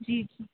ਜੀ ਜੀ